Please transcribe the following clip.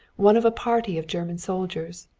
one of a party of german soldiers,